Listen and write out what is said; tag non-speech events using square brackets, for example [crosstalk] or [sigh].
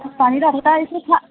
खम मानि [unintelligible] एसेखा